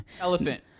elephant